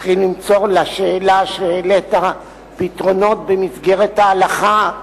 צריכים למצוא לשאלה שהעלית פתרונות במסגרת ההלכה,